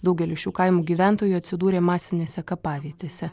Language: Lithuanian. daugelis šių kaimų gyventojų atsidūrė masinėse kapavietėse